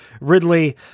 Ridley